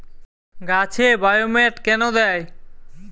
গাছে বায়োমেট কেন দেয়?